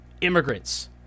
immigrants